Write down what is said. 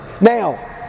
Now